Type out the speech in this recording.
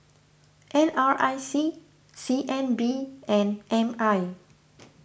N R I C C N B and M I